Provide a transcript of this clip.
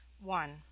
one